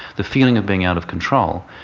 the feeling of being out of control,